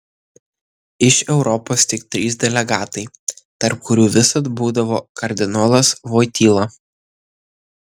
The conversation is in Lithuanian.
iš europos tik trys delegatai tarp kurių visad būdavo kardinolas voityla